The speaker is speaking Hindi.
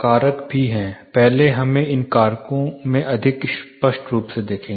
कारक हैं पहले हमें इन कारकों में अधिक स्पष्ट रूप से देखें